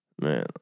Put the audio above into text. Man